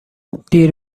دیر